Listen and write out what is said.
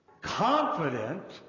confident